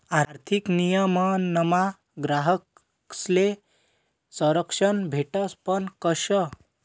आर्थिक नियमनमा ग्राहकस्ले संरक्षण भेटस पण कशं